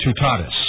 Tutatis